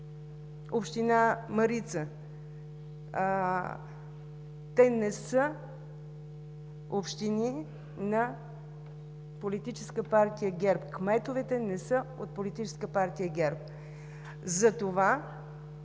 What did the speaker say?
общини. Те не са общини на Политическа партия ГЕРБ, кметовете не са от Политическа партия ГЕРБ.